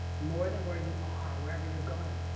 more than where you are, or wherever you're going.